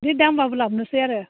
बे दामबाबो लाबोनोसै आरो